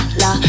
la